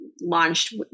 launched